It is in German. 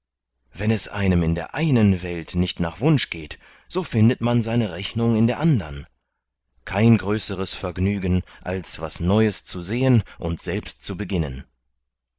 wenn es einem in der einen welt nicht nach wunsch geht so findet man seine rechnung in der andern kein größeres vergnügen als was neues zu sehen und selbst zu beginnen